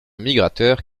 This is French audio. migrateur